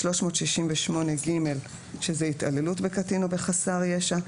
סעיף 368ג שהוא עבירת התעללות בקטין או בחסר ישע,